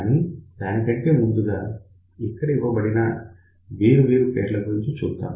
కానీ దాని కంటే ముందుగా ఇక్కడ ఇవ్వబడిన వేరు వేరు పేర్ల గురించి చూద్దాం